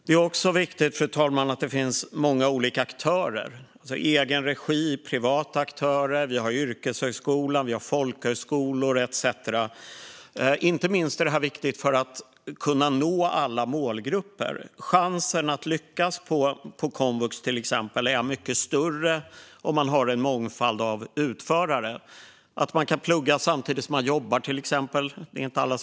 Det är också viktigt att det finns många olika aktörer: egen regi, privata aktörer, yrkeshögskola, folkhögskola och så vidare. Inte minst är det viktigt för att nå alla målgrupper. Chansen att lyckas på komvux är mycket större om det finns en mångfald av utförare. Det är inte alla som kan erbjuda att det går att plugga samtidigt som man jobbar.